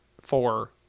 four